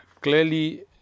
clearly